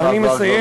זמנך עבר כבר מזמן.